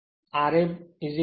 ra 0